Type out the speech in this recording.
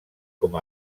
com